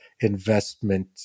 investment